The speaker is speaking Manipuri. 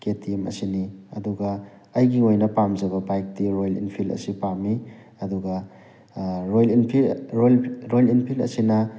ꯀꯦ ꯇꯤ ꯑꯦꯝ ꯑꯁꯤꯅꯤ ꯑꯗꯨꯒ ꯑꯩꯒꯤ ꯑꯣꯏꯅ ꯄꯥꯝꯖꯕ ꯕꯥꯏꯛꯇꯤ ꯔꯣꯌꯦꯜ ꯏꯟꯐꯤꯟ ꯑꯁꯤ ꯄꯥꯝꯃꯤ ꯑꯗꯨꯒ ꯔꯣꯌꯦꯜ ꯏꯟꯐꯤꯟ ꯔꯣꯌꯦꯜ ꯏꯟꯐꯤꯟ ꯑꯁꯤꯅ